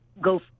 go